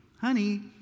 Honey